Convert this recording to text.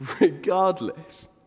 regardless